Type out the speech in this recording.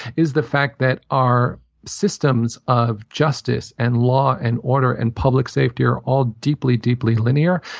is the fact that our systems of justice and law and order and public safety are all deeply, deeply linear.